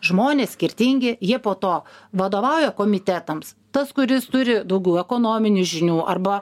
žmonės skirtingi jie po to vadovauja komitetams tas kuris turi daugiau ekonominių žinių arba